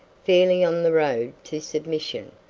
fairly on the road to submission.